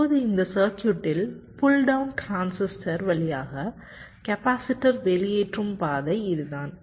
இப்போது இந்த சர்க்யூட்டில் புல் டவுன் டிரான்சிஸ்டர் வழியாக கெபாசிடர் வெளியேற்றும் பாதை இதுதான்